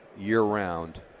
year-round